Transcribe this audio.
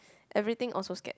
everything also scared